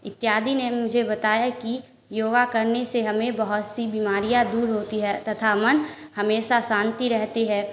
इत्यादि ने मुझे बताया कि योगा करने से हमें बहुत सी बीमारियाँ दूर होती हैं तथा मन हमेशा शांति रहती है